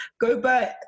Gobert